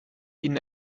ihnen